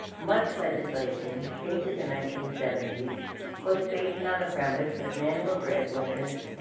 much legislation into the nineteen seventy s was based on the premise that men were breadwinners,